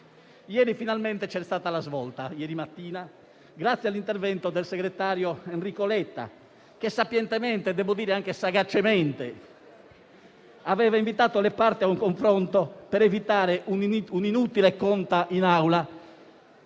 finalmente c'è stata la svolta grazie all'intervento del segretario Enrico Letta che sapientemente, devo dire anche sagacemente, aveva invitato le parti a un confronto per evitare un'inutile conta in Aula